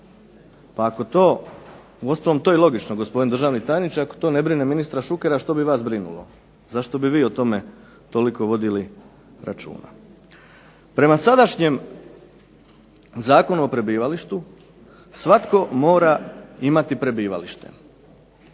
Pa ako to, uostalom to je i logično gospodine državni tajniče. Ako to ne brine ministra Šukera što bi vas brinulo, zašto bi vi o tome toliko vodili računa. Prema sadašnjem Zakonu o prebivalištu svatko mora imati prebivalište.